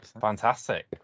Fantastic